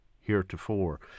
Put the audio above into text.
heretofore